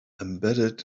embedded